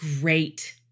great